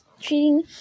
treating